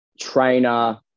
trainer